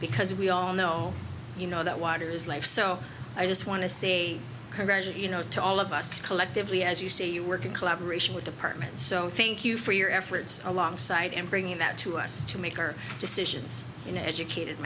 because we all know you know that water is life so i just want to see her version you know to all of us collectively as you see you work in collaboration with department so thank you for your efforts alongside and bringing that to us to make our decisions in educated